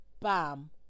bam